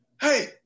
hey